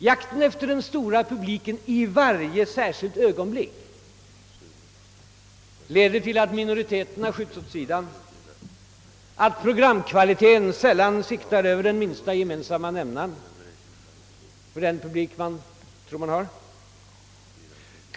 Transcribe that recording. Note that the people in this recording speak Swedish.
Jakten efter den stora publiken i varje särskilt ögonblick leder till att minoriteterna skjuts åt sidan, att programkvaliteten sällan siktar över den minsta gemensamma nämnaren — för den publik man tror sig ha.